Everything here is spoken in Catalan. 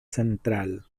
central